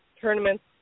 tournaments